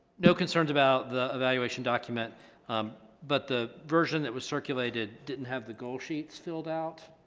no concerns about the evaluation document but the version that was circulated didn't have the goal sheets filled out